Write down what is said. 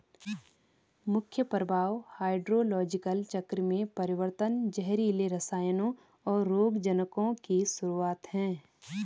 मुख्य प्रभाव हाइड्रोलॉजिकल चक्र में परिवर्तन, जहरीले रसायनों, और रोगजनकों की शुरूआत हैं